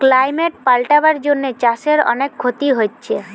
climate পাল্টাবার জন্যে চাষের অনেক ক্ষতি হচ্ছে